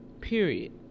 Period